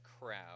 crowd